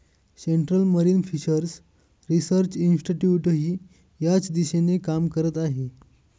central marine fishers research इन्स्टिट्यूटही याच दिशेने काम करत आहे